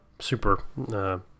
super